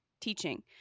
teaching